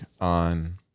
on